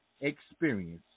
experience